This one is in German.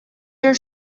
der